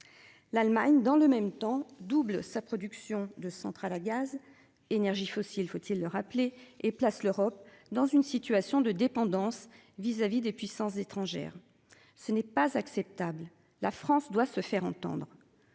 L'Allemagne dans le même temps double sa production de centrales à gaz, énergie fossile, faut-il le rappeler et place l'Europe dans une situation de dépendance vis-à-vis des puissances étrangères. Ce n'est pas acceptable. La France doit se faire entendre.